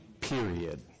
Period